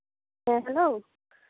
ᱦᱮᱸ ᱦᱮᱞᱳ